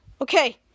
okay